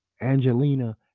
Angelina